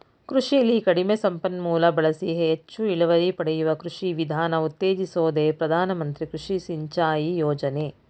ಕೃಷಿಲಿ ಕಡಿಮೆ ಸಂಪನ್ಮೂಲ ಬಳಸಿ ಹೆಚ್ ಇಳುವರಿ ಪಡೆಯುವ ಕೃಷಿ ವಿಧಾನ ಉತ್ತೇಜಿಸೋದೆ ಪ್ರಧಾನ ಮಂತ್ರಿ ಕೃಷಿ ಸಿಂಚಾಯಿ ಯೋಜನೆ